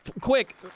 quick